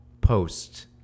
post